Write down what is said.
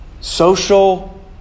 social